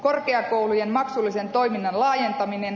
korkeakoulujen maksullisen toiminnan laajentaminen